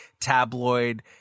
tabloid